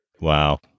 Wow